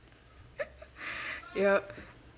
yup